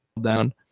down